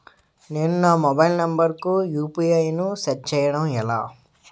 నేను నా mobile number కుయు.పి.ఐ ను సెట్ చేయడం ఎలా?